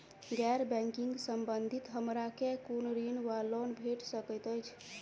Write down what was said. गैर बैंकिंग संबंधित हमरा केँ कुन ऋण वा लोन भेट सकैत अछि?